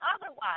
otherwise